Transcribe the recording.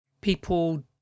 people